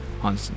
on